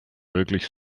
wirklich